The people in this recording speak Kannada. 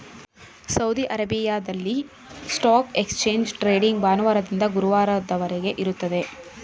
ಸೌದಿ ಅರೇಬಿಯಾದಲ್ಲಿ ಸ್ಟಾಕ್ ಎಕ್ಸ್ಚೇಂಜ್ ಟ್ರೇಡಿಂಗ್ ಭಾನುವಾರದಿಂದ ಗುರುವಾರದವರೆಗೆ ಇರುತ್ತದೆ